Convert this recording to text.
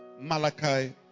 Malachi